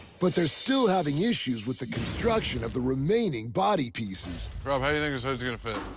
but they're still having issues with the construction of the remaining body pieces. rob, how do you think this hood's going to fit?